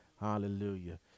Hallelujah